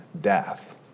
death